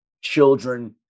Children